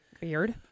Weird